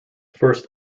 first